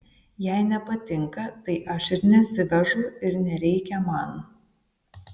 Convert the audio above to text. jei nepatinka tai aš ir nesivežu ir nereikia man